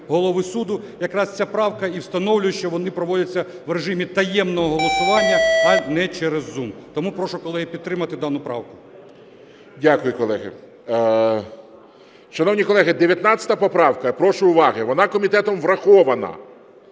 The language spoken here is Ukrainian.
голови суду, якраз ця правка і встановлює, що вони проводяться в режимі таємного голосування, а не через Zoom. Тому прошу, колеги, підтримати дану правку. ГОЛОВУЮЧИЙ. Дякую, колеги. Шановні колеги, 19 поправка. Прошу уваги! Вона комітетом врахована,